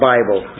Bible